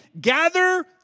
gather